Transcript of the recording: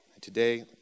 Today